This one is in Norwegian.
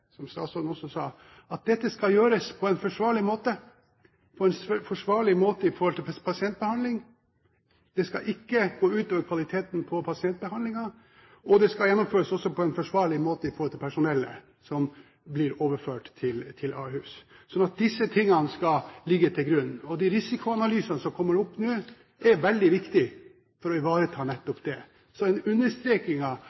som statsråden også sa, at dette skal gjøres på en forsvarlig måte i forhold til pasientbehandlingen. Det skal ikke gå ut over kvaliteten på pasientbehandlingen. Det skal også gjennomføres på en forsvarlig måte i forhold til personellet, som blir overført til Ahus. Så disse tingene skal ligge til grunn. Og de risikoanalysene som kommer opp nå, er veldig viktige for å ivareta